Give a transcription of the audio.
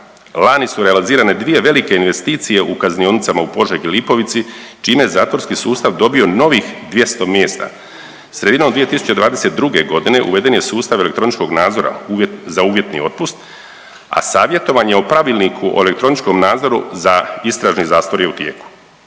Lani su realizirane dvije velike investicije u Kaznionicama u Požegi i Lipovici čime je zatvorski sustav dobio novih 200 mjesta. Sredinom 2022.g. uveden je sustav elektroničkog nadzora za uvjetni otpust, a savjetovanje o Pravilniku o elektroničkom nadzoru za istražni zatvor je u tijeku.